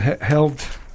Held